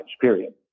period